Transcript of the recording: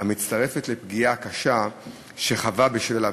המצטרפת לפגיעה הקשה שחווה בשל העבירה.